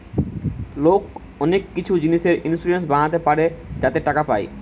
লোক অনেক কিছু জিনিসে ইন্সুরেন্স বানাতে পারে যাতে টাকা পায়